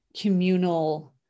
communal